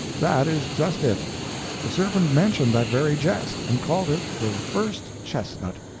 that is just it the serpent mentioned that very jest, and called it the first chestnut,